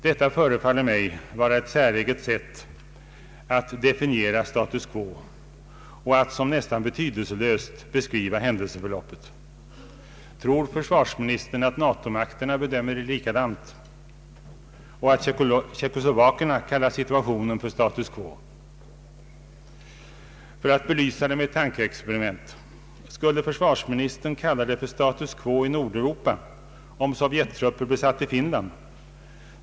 Detta förefaller mig vara ett säreget sätt att definiera status quo och att beskriva händelseförloppet som nästan betydelselöst. Tror försvarsministern att NATO-makterna bedömer det likadant och att tjeckoslovakerna kallar situationen för status quo? Eller — för att belysa det med ett tankeexperiment: Skulle försvarsministern kalla det för status quo i Nordeuropa om Sovjettrupper besatte Finland?